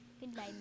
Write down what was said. Goodbye